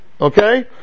Okay